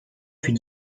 fut